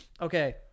okay